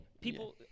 People